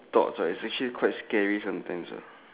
thoughts right is actually quite scary sometimes